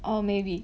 orh maybe